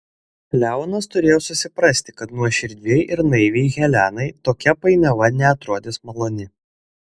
leonas turėjo susiprasti kad nuoširdžiai ir naiviai helenai tokia painiava neatrodys maloni